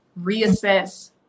reassess